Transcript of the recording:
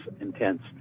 intense